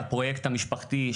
הפרויקט המשפחתי,